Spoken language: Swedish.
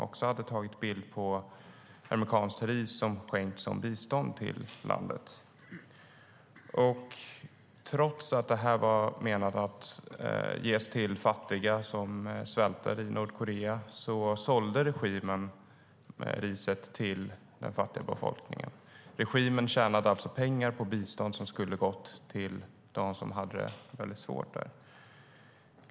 Bilderna föreställde amerikanskt ris som skänkts som bistånd till landet. Trots att det var menat att ges till svältande fattiga i Nordkorea sålde regimen riset till den fattiga befolkningen. Regimen tjänade alltså pengar på bistånd som skulle ha gått till dem som hade det svårt.